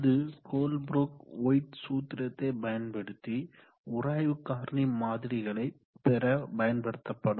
அது Colebrook White சூத்திரத்தை பயன்படுத்தி உராய்வு காரணி மாதிரிகளை பெற பயன்படுத்தப்படும்